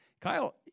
Kyle